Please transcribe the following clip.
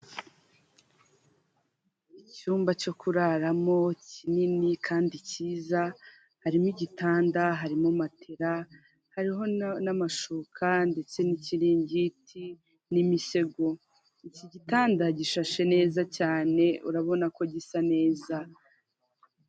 Inyubako nini baragaragaza ko iherereye Kibagabaga Kigali kandi barerekana ko iri kugurishwa amadolari ibihumbi ijana na mirongo itatu na bitanu iki ni ikintu gishyirwa ku nzu cyangwa se gishyirwa ahantu umuntu ari kugurisha agamije ko abantu babona icyo agambiriye cyangwa se bamenya ko niba agiye kugurisha bamenya agaciro , igenagaciro ry'icyo kintu ashaka kugurisha .